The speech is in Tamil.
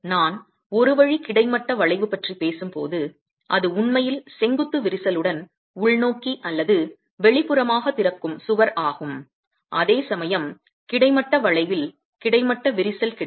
நான் ஒரு வழி கிடைமட்ட வளைவு பற்றி பேசும்போது அது உண்மையில் செங்குத்து விரிசலுடன் உள்நோக்கி அல்லது வெளிப்புறமாக திறக்கும் சுவர் ஆகும் அதேசமயம் கிடைமட்ட வளைவில் கிடைமட்ட விரிசல் கிடைக்கும்